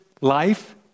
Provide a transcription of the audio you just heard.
life